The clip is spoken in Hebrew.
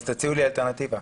אז תציעו לי אלטרנטיבה.